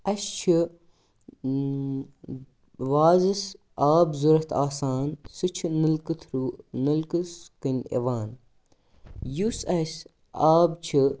اَسہِ چھِ وازَس آب ضروٗرت آسان سُہ چھِ نلکہٕ تھرٛوٗ نلکَس کِنۍ یِوان یُس اَسہِ آب چھُ